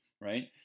right